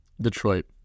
Detroit